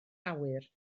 awyr